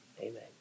amen